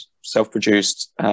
self-produced